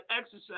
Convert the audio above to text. exercise